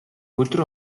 өдөр